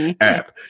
app